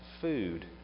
food